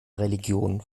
religion